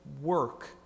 work